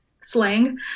slang